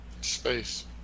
Space